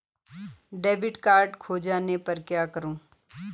Debit card खो जाने पर क्या करूँ?